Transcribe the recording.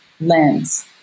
lens